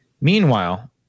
Meanwhile